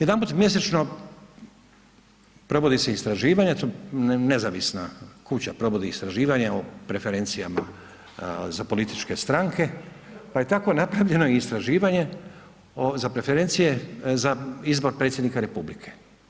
Jedanput mjesečno provodi se istraživanje, nezavisna kuća provodi istraživanje o preferencijama za političke stranke pa je tako napravljeno i istraživanje za preferencije za izbor predsjednika republike.